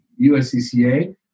USCCA